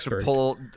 pull